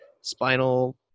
spinal